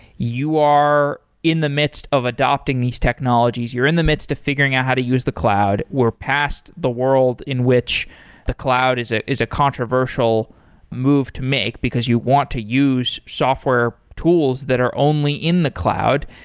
you are in the midst of adopting these technologies. you're in the midst of figuring out how to use the cloud. we're passed the world in which the cloud is ah is a controversial move to make, because you want to use software tools that are only in the cloud.